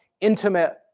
intimate